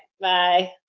bye